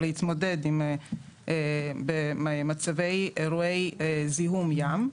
כדי להתמודד עם מצבים ואירועי זיהום ים,